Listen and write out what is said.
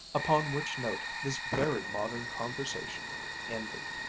upon which note this very modern conversation ended.